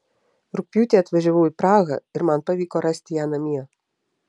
rugpjūtį atvažiavau į prahą ir man pavyko rasti ją namie